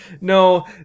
No